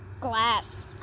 Glass